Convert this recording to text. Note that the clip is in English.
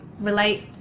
relate